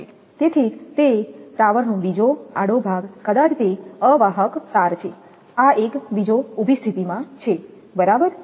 તેથી તે જ ટાવરનો બીજો આડો ભાગ કદાચ તે અવાહક તાર છે આ એક બીજો ઊભી સ્થિતિ માં છે બરાબર